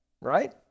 right